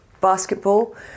basketball